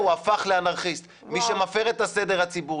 הפכת לאדם שמפר את הסדר הציבורי.